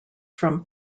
from